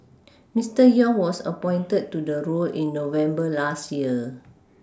Mister Yong was appointed to the role in November last year